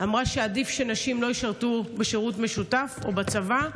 אמרה שעדיף שנשים לא ישרתו שירות משותף או בצבא,